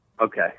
Okay